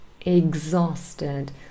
exhausted